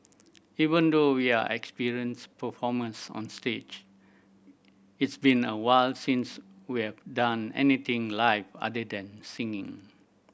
even though we are experienced performers on stage it's been a while since we have done anything live other than singing